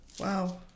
Wow